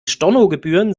stornogebühren